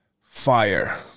fire